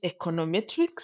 econometrics